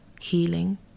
healing